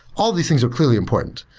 all of these things are clearly important,